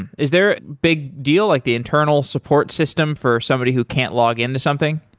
and is there a big deal, like the internal support system for somebody who can't login to something?